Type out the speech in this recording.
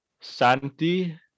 Santi